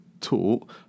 taught